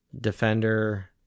defender